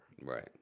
Right